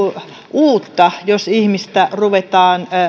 uutta jos ihmistä ruvetaan